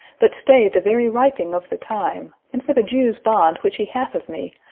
but stay the very riping of the time and for the jew's bond which he hath of me,